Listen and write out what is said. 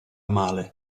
male